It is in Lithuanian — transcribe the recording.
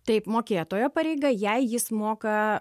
taip mokėtojo pareiga jei jis moka